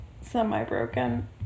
semi-broken